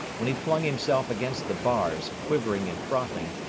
when he flung himself against the bars, quivering and frothing,